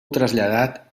traslladat